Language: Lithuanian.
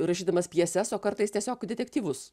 rašydamas pjeses o kartais tiesiog detektyvus